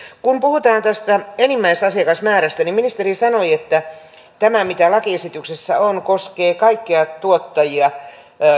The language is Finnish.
kun puhutaan enimmäisasiakasmäärästä niin ministeri sanoi että tämä mikä lakiesityksessä on koskee kaikkia tuottajia